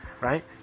right